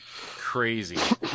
Crazy